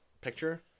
picture